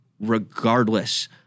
regardless